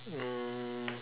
um